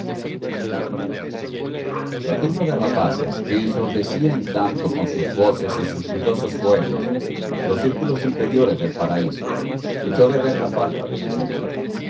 la turba de rapaces que ensordecía en tanto con sus voces y sus ruidosos juegos los círculos inferiores del paraíso echaron de ver la falta de su señor